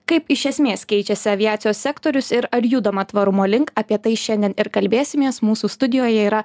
kaip iš esmės keičiasi aviacijos sektorius ir ar judama tvarumo link apie tai šiandien ir kalbėsimės mūsų studijoje yra